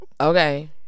okay